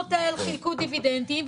כשישרוטל חילקו דיבידנדים,